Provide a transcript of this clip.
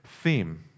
Theme